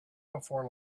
before